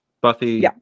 Buffy